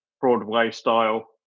Broadway-style